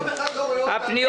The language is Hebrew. הצבעה בעד הפניות